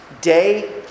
day